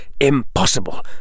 impossible